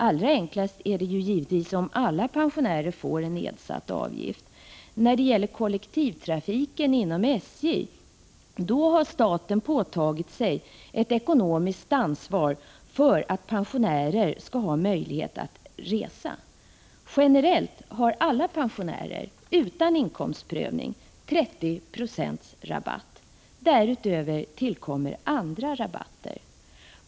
Allra enklast är det givetvis att alla pensionärer får nedsatt avgift. När det gäller kollektivtrafiken inom SJ har staten påtagit sig ett ekonomiskt ansvar för att pensionärer skall ha möjlighet att resa. Generellt har alla pensionärer — ingen inkomstprövning förekommer — 30 20 rabatt. Därutöver har de andra rabatter.